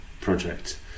Project